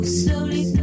slowly